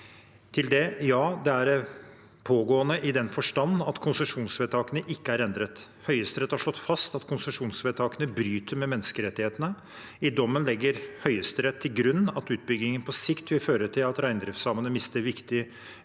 ja, det er pågående, i den forstand at konsesjonsvedtakene ikke er endret. Høyesterett har slått fast at konsesjonsvedtakene bryter med menneskerettighetene. I dommen legger Høyesterett til grunn at utbyggingen på sikt vil føre til at reindriftssamene mister viktige